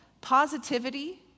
positivity